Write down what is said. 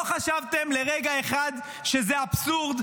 לא חשבתם לרגע אחד שזה אבסורד?